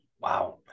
Wow